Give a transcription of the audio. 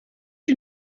you